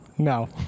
No